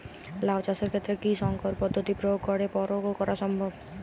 লাও চাষের ক্ষেত্রে কি সংকর পদ্ধতি প্রয়োগ করে বরো করা সম্ভব?